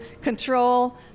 control